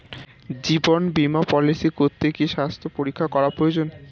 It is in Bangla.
জীবন বীমা পলিসি করতে কি স্বাস্থ্য পরীক্ষা করা প্রয়োজন?